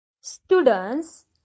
Students